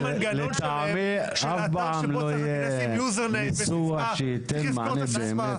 אף פעם לא יהיה ביצוע שייתן באמת מענה.